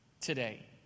Today